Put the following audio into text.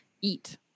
eat